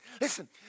listen